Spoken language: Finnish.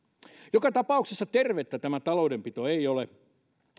joka tapauksessa tervettä tämä taloudenpito ei ole